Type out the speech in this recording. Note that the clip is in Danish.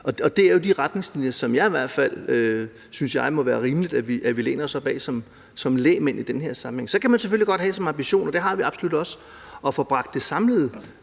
Det er jo de retningslinjer, som jeg i hvert fald synes det må være rimeligt at vi læner os op ad som lægmand i den her sammenhæng. Så kan man selvfølgelig godt have som ambition – det har vi absolut også – at få bragt det samlede